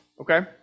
okay